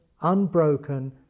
unbroken